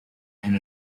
and